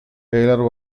taylor